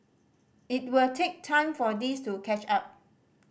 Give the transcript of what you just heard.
it will take time for this to catch up